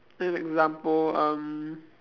an example um